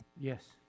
yes